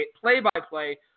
play-by-play